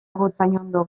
gotzainondo